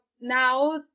now